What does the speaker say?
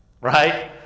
Right